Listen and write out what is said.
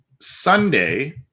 Sunday